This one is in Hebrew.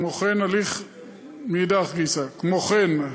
כמו כן,